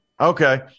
Okay